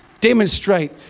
Demonstrate